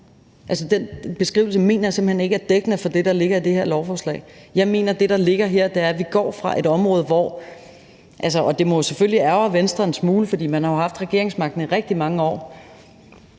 Den beskrivelse mener jeg simpelt hen ikke er dækkende for det, der ligger i det her lovforslag. Jeg mener, at det, der ligger her, er, at vi går væk fra en situation – og det må selvfølgelig ærgre Venstre en smule, for man har jo haft regeringsmagten i rigtig mange år